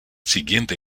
siguiente